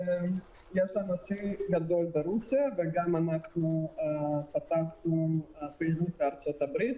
יש לנו צי גדול ברוסיה וגם פתחנו פעילות בארצות הברית.